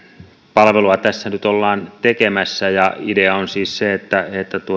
palvelua tässä nyt ollaan tekemässä idea on siis se että